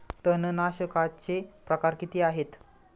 तणनाशकाचे प्रकार किती आहेत?